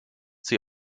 sie